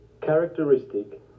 characteristic